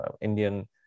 Indian